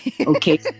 okay